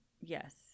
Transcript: Yes